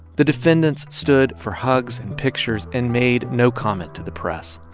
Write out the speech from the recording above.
the defendants stood for hugs and pictures and made no comment to the press.